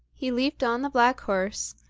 he leaped on the black horse,